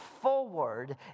forward